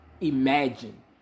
imagine